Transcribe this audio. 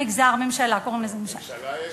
מגזר ממשלה, קוראים לזה ממשלה.